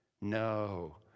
No